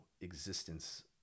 existence